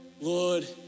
Lord